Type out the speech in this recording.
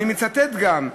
אני מצטט גם,